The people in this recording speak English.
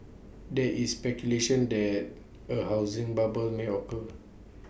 there is speculation that A housing bubble may occur